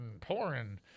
pouring